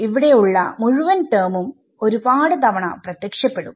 ഇവിടെ ഉള്ള മുഴുവൻ ടെർമും ഒരു പാട് തവണ പ്രത്യക്ഷപ്പെടും